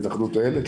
להתאחדות אילת,